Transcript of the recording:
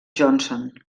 johnson